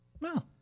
no